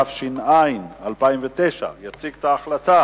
התש"ע 2009. יציג את ההחלטה